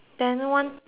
then